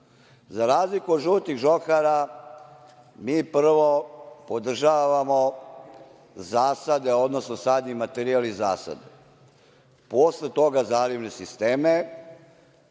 Za razliku od žutih žohara, mi prvo podržavamo zasade, odnosno sadni materijal i zasade. Posle toga zalivne sisteme,